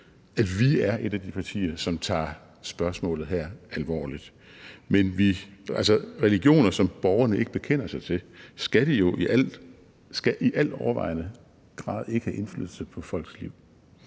at vi er et af de partier, som tager spørgsmålet her alvorligt. Religioner, som borgerne ikke bekender sig til, skal i al overvejende grad ikke have indflydelse på folks liv.